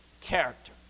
character